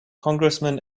congressman